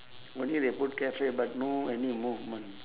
only they put cafe but no any movement